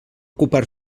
ocupar